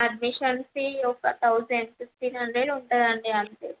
admission fee ఒక thousand fifteen hundred ఉంటుందండి అంతే